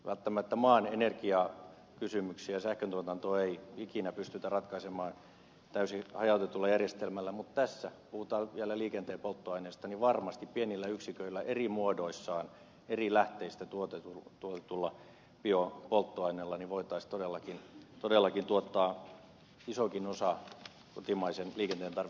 välttämättä maan energiakysymyksiä ja sähköntuotantoa ei ikinä pystytä ratkaisemaan täysin hajautetulla järjestelmällä mutta tässä puhutaan nyt vielä liikenteen polttoaineista varmasti pienillä yksiköillä eri muodoissaan eri lähteistä tuotetulla biopolttoaineella voitaisiin todellakin tuottaa isokin osa kotimaisen liikenteen tarvitsemasta energiasta